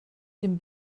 dem